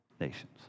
nations